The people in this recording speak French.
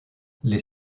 les